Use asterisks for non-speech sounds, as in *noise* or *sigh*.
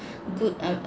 *breath* good uh